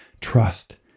trust